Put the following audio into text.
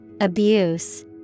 Abuse